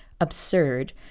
absurd